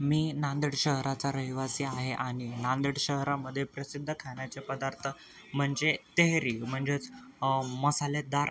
मी नांदेड शहराचा रहिवासी आहे आणि नांदेड शहरामध्ये प्रसिद्ध खाण्याचे पदार्थ म्हणजे तेहेरी म्हणजेच मसालेदार